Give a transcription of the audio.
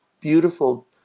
beautiful